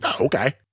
Okay